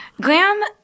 Glam